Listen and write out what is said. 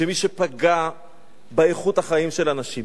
שמי שפגע באיכות החיים של אנשים,